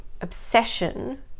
obsession